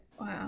wow